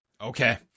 Okay